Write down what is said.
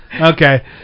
Okay